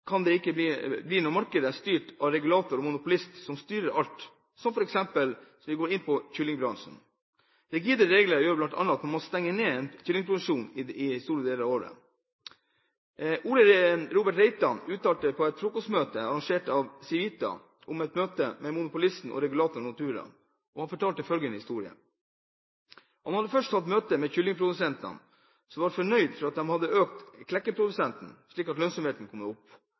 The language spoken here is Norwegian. kan det ikke bli når markedet er styrt av en regulator og monopolist som styrer alt, som f.eks. i kyllingbransjen. Rigide regler gjør bl.a. at man må stenge ned kyllingproduksjonen i store deler av året. Ole Robert Reitan fortalte følgende historie på et frokostmøte, arrangert av Civita, om et møte med monopolisten og regulatoren Nortura: Han hadde først hatt møte med kyllingprodusenter, som var fornøyde med at de hadde økt klekkeprosenten slik at lønnsomheten gikk opp. Det er selvfølgelig viktig for en bonde å få opp klekkeprosenten, for det er der inntekten kommer,